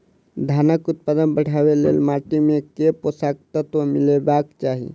धानक उत्पादन बढ़ाबै लेल माटि मे केँ पोसक तत्व मिलेबाक चाहि?